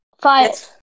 five